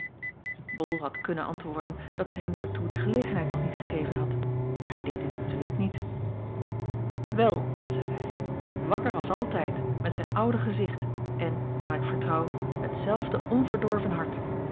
bol had kunnen antwoorden dat zij hem daartoe de gelegenheid nog niet gegeven had maar hij deed dit natuurlijk niet wel zeide hij wakker als altijd met zijn oude gezicht en naar ik vertrouw hetzelfde onverdorven hart